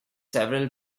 several